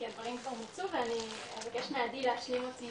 כי הדברים כבר מוצו ואני אבקש מעדי להשלים אותי.